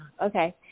Okay